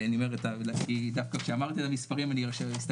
אני אומר כי דווקא כשאמרת את המספרים אני הסתכלתי,